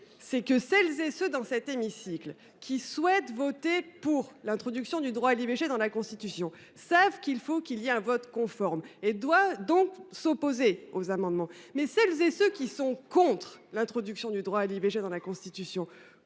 c’est que celles et ceux qui, dans cet hémicycle, souhaitent voter pour l’introduction du droit à l’IVG dans la Constitution savent qu’il faut pour cela un vote conforme et qu’ils doivent donc ne pas voter les amendements. Mais celles et ceux qui sont contre l’introduction du droit à l’IVG dans la Constitution,